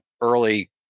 early